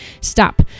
stop